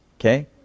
Okay